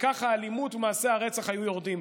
וככה האלימות ומעשי הרצח היו יורדים.